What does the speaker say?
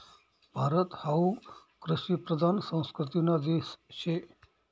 भारत हावू कृषिप्रधान संस्कृतीना देश शे